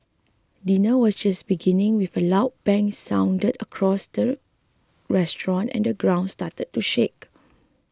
dinner was just beginning when a loud bang sounded across the restaurant and the ground started to shake